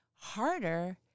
Harder